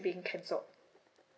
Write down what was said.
being cancelled